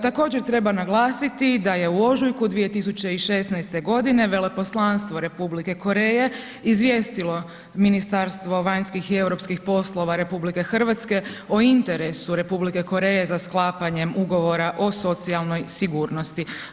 Također treba naglasiti da je u ožujku 2016. godine Veleposlanstvo Republike Koreje izvijestilo Ministarstvo vanjskih i europskih poslova RH o interesu Republike Koreje za sklapanjem ugovora o socijalnoj sigurnosti.